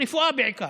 רפואה בעיקר.